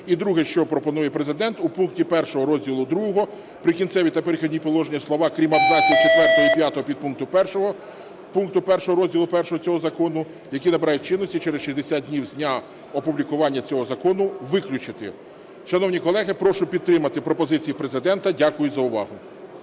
І друге, що пропонує Президент. У пункті 1 розділу II "Прикінцеві та перехідні положення" слова "крім абзаців четвертого і п'ятого підпункту 1 пункту 1 розділу I цього закону, які набирають чинності через 60 днів з дня опублікування цього закону" виключити. Шановні колеги, прошу підтримати пропозиції Президента. Дякую за увагу.